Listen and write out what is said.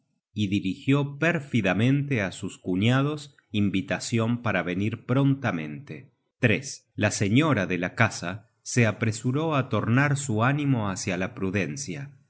y dirigió per fidamente á sus cuñados invitacion para venir prontamente content from google book search generated at la señora de la casa se apresuró á tornar su ánimo hácia la prudencia